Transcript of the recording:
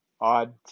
Odd